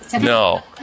No